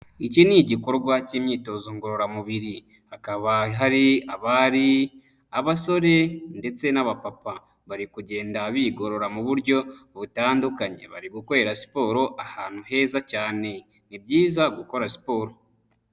Iki ni igikorwa cy'imyitozo ngororamubiri, hakaba hari abari, abasore ndetse n'abapapa bari kugenda bigorora mu buryo butandukanye, bari gukorera siporo ahantu heza cyane, ni byiza gukora siporo.